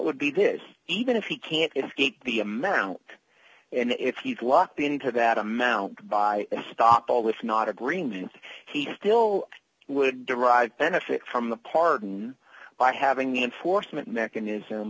would be good even if he can't escape the amount and if he's locked into that amount by stop all this not agreement he still would derive benefit from the pardon by having an enforcement mechanism